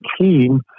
team